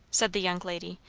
said the young lady,